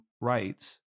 rights